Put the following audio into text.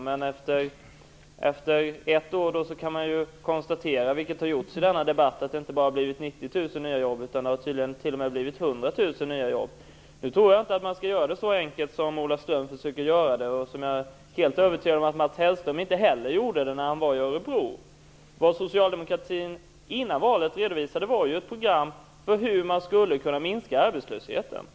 Men efter ett år kan man konstatera, vilket har gjorts i denna debatt, att det inte bara blivit 90 000 Nu tror jag inte att man skall göra det så enkelt som Ola Ström försöker göra det, och jag är övertygad om att Mats Hellström inte heller gjorde det så enkelt när han var i Örebro. Vad socialdemokratin innan valet redovisade var ju ett program för hur man skulle kunna minska arbetslösheten.